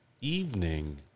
evening